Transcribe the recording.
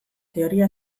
teoria